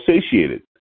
satiated